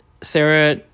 Sarah